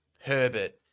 Herbert